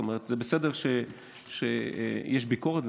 זה בסדר שיש ביקורת,